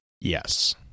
Yes